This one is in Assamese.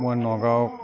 মই নগাঁও